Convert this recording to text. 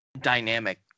dynamic